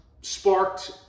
sparked